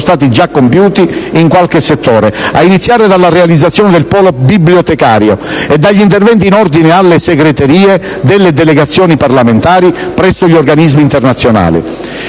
stati già compiuti in qualche settore, ad iniziare dalla realizzazione del polo bibliotecario e dagli interventi in ordine alle segreterie delle delegazioni parlamentari presso gli organismi internazionali.